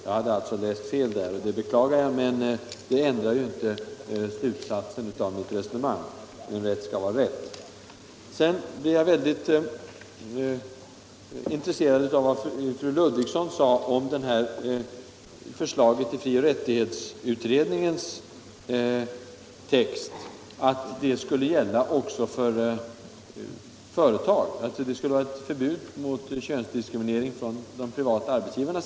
Jag hade alltså läst fel, och det beklagar jag, men det ändrar inte slutsatsen i mitt resonemang. Rätt skall emellertid vara rätt. Jag blev intresserad när fru Ludvigsson sade om förslaget från frioch rättighetsutredningen, att förbudet mot könsdiskriminering skulle gälla även för de privata arbetsgivarna.